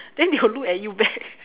then they will look at you back